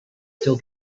still